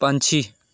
ਪੰਛੀ